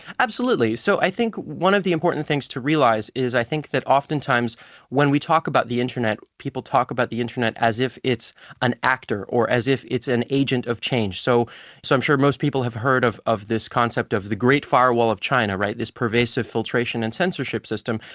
absolutely. so i think one of the important things to realise is i think that oftentimes when we talk about the internet, people talk about the internet as if it's an actor, or as if it's an agent of change. so so i'm sure most people have heard of of this concept of the great firewall of china, this pervasive filtration and censorship system.